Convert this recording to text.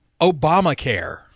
Obamacare